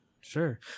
Sure